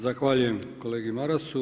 Zahvaljujem kolegi Marasu.